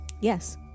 Yes